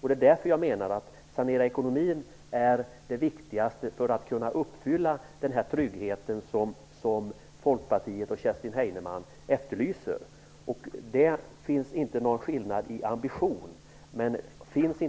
Därför menar jag att det viktigaste är att sanera ekonomin för att man skall kunna ge den trygghet som Folkpartiet och Kerstin Heinemann efterlyser. Det finns inte någon skillnad mellan oss när det gäller ambitionen. Men